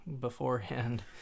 beforehand